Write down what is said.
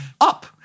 up